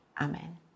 Amen